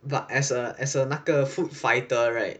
but as a as a 那个 food fighter right